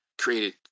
created